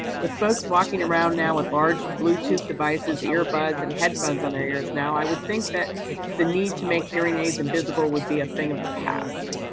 with folks walking around now with large bluetooth devices, ear buds and headphones on their ears now i would think the need to make hearing aids invisible would be a thing of the past.